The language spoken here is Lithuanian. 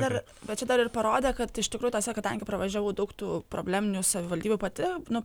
dar bet čia dar ir parodė kad iš tikrųjų tose kadangi pravažiavau daug tų probleminių savivaldybių pati nu